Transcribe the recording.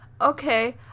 Okay